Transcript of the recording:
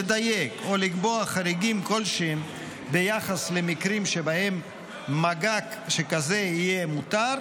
לדייק או לקבוע חריגים כלשהם ביחס למקרים שבהם מגע שכזה יהיה מותר,